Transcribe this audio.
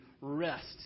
rest